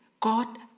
God